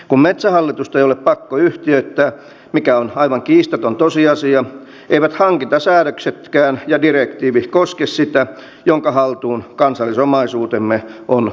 kun metsähallitusta ei ole pakko yhtiöittää mikä on aivan kiistaton tosiasia eivät hankintasäädöksetkään ja direktiivit koske sitä jonka haltuun kansallisomaisuutemme on uskottu